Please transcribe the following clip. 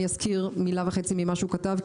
אני אזכיר מילה וחצי ממה שהוא כתב,